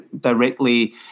directly